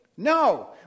No